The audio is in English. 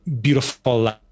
beautiful